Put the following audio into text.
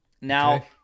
Now